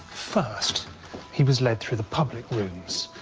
first he was led through the public rooms,